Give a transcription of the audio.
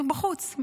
בחוץ,